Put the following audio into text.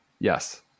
Yes